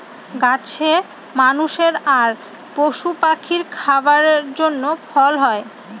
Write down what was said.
গাছে মানুষের আর পশু পাখির খাবারের জন্য ফল হয়